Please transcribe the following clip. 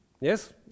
Yes